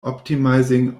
optimizing